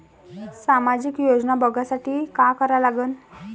सामाजिक योजना बघासाठी का करा लागन?